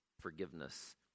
forgiveness